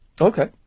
Okay